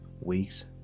weeks